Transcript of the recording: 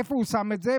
ואיפה הוא שם את זה?